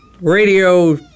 radio